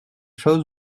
chose